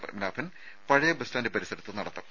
പത്മനാഭൻ പഴയ bus stand പരിസരത്ത് നടത്തും